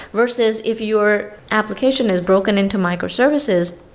versus if your application is broken into microservices,